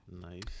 Nice